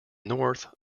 north